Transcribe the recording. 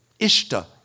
Ishta